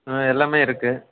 எல்லாம் இருக்குது